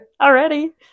already